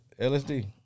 LSD